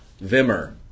Vimmer